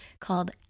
called